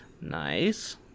Nice